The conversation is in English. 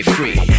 free